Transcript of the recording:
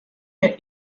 der